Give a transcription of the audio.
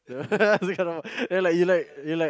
like like you like you like